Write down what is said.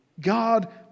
God